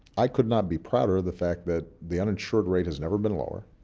i could not be prouder of the fact that the uninsured rate has never been lower.